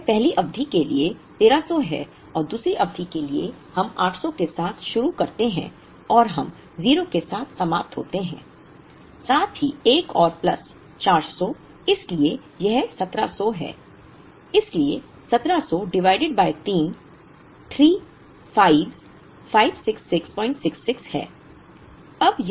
यह पहली अवधि के लिए 1300 है और दूसरी अवधि के लिए हम 800 के साथ शुरू करते हैं और हम 0 के साथ समाप्त होते हैं साथ ही एक और प्लस 400 इसलिए यह 1700 है इसलिए 1700 डिवाइडेड बाय 3 3 5's 56666 हैं